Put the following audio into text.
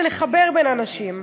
זה לחבר בין אנשים,